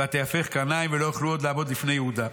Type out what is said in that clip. וַתֵהָפֵך קרניים ולא יכלו עוד לעמוד לפני יהודה.